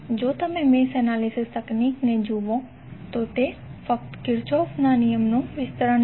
જો તમે mesh analysis તકનીકને જુઓ તો તે ફક્ત કિર્ચોફના નિયમનું વિસ્તરણ છે